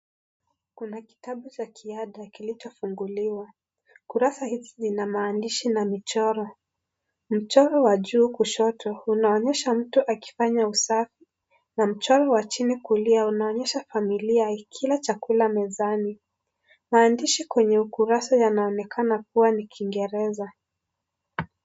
Kuna kitabu cha kiada kilichofunguliwa, kurasa hizi zina maandishi na michoro . Mchoro wa juu kushoto unaonyesha mtu akifanya usafi na mchoro wa chini kulia unaonyesha familia ikila chakula mezani. Maandishi kwenye ukurasa yanaonekana kuwa ni kiingereza.